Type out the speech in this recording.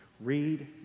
read